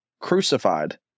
crucified